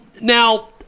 now